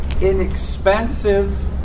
inexpensive